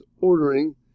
ordering